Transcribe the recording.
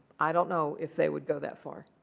i don't know if they would go that far.